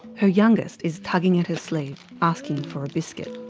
her youngest is tugging at her sleeve asking for a biscuit.